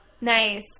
Nice